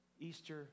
Easter